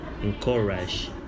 encourage